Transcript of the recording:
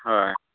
ᱦᱳᱭ